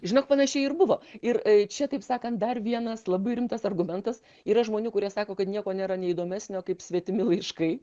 žinok panašiai ir buvo ir čia taip sakant dar vienas labai rimtas argumentas yra žmonių kurie sako kad nieko nėra neįdomesnio kaip svetimi laiškai